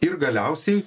ir galiausiai